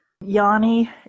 Yanni